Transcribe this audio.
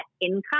income